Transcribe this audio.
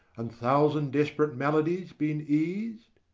and thousand desperate maladies been eas'd?